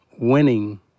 winning